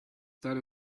that